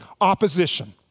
opposition